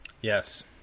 yes